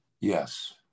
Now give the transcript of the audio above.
Yes